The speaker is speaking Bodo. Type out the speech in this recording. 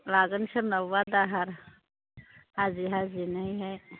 लागोन सोरनावबा दाहार हाजि हाजिनोहाय